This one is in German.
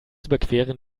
überqueren